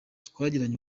twagiranye